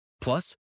Plus